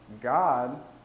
God